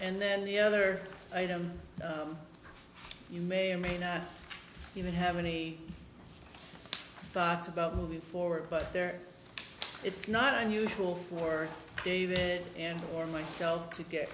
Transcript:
and then the other item you may or may not even have any thoughts about moving forward but there it's not unusual for david and or myself to get